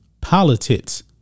politics